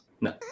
No